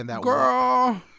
Girl